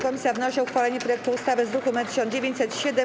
Komisja wnosi o uchwalenie projektu ustawy z druku nr 1907.